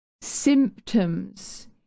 symptoms